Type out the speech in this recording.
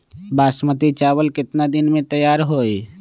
बासमती चावल केतना दिन में तयार होई?